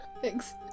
Thanks